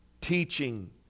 teaching